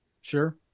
Sure